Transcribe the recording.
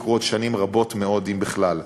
יקרו עוד שנים רבות מאוד אם בכלל.